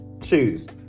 Choose